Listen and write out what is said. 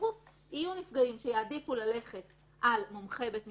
שיהיו נפגעים שיעדיפו ללכת על מומחה בית משפט,